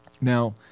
Now